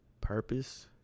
purpose